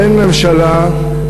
אין ממשלה,